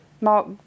Mark